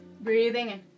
breathing